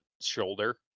shoulder